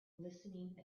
listening